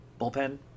bullpen